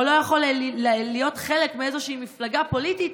או לא יכול להיות חלק מאיזושהי מפלגה פוליטית,